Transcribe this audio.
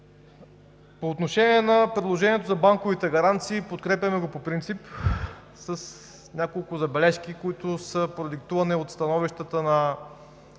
По отношение на предложението за банковите гаранции, подкрепяме го по принцип с няколко забележки, които са продиктувани от становищата на